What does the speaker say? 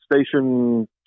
station